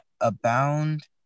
abound